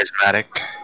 charismatic